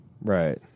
Right